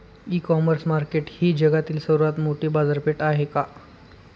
इ commerce market ही जगातील सर्वात मोठी बाजारपेठ आहे का?